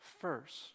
first